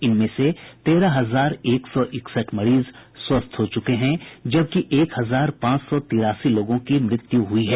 इनमें से तेरह हजार एक सौ इकसठ मरीज स्वस्थ हो चुके हैं जबकि एक हजार पांच सौ तिरासी लोगों की मृत्यु हुई है